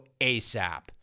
ASAP